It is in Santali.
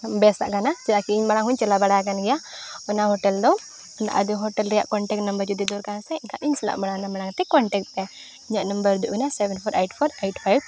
ᱵᱮᱥᱟᱜ ᱠᱟᱱᱟ ᱪᱮᱫᱟᱜ ᱤᱧ ᱢᱟᱲᱟᱝ ᱦᱚᱧ ᱪᱟᱞᱟᱣ ᱵᱟᱲᱟᱣ ᱟᱠᱟᱱ ᱜᱮᱭᱟ ᱚᱱᱟ ᱫᱚ ᱟᱹᱰᱤ ᱨᱮᱭᱟᱜ ᱡᱩᱫᱤ ᱫᱚᱨᱠᱟᱨ ᱥᱮ ᱮᱱᱠᱷᱟᱱ ᱤᱧ ᱥᱟᱞᱟᱜ ᱚᱱᱟ ᱢᱟᱲᱟᱝᱛᱮ ᱯᱮ ᱤᱧᱟᱜ ᱫᱚ ᱦᱩᱭᱩᱜ ᱠᱟᱱᱟ